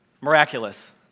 miraculous